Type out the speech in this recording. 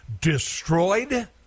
destroyed